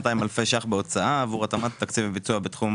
אלפי ₪ בהוצאה עבור התאמת תקציב הביצוע בתחום